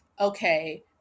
okay